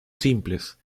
simples